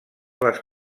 les